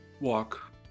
walk